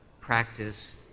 practice